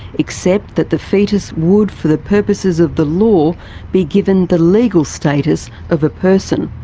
except that the foetus would for the purposes of the law be given the legal status of a person,